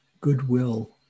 goodwill